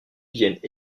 viennent